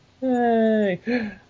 hey